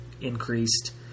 increased